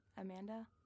Amanda